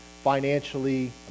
financially